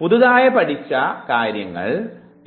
പുതിയതായി പഠിച്ച